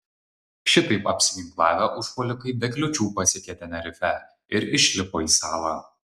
šitaip apsiginklavę užpuolikai be kliūčių pasiekė tenerifę ir išlipo į salą